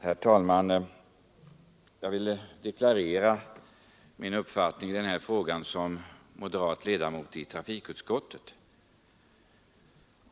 Herr talman! Jag vill förstås som moderat ledamot i trafikutskottet deklarera min uppfattning i denna fråga.